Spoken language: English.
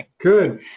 Good